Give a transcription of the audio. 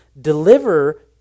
deliver